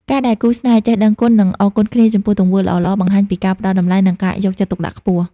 ការដែលគូស្នេហ៍ចេះ "ដឹងគុណ និងអរគុណគ្នា" ចំពោះទង្វើល្អៗ បង្ហាញពីការផ្ដល់តម្លៃ និងការយកចិត្តទុកដាក់ខ្ពស់។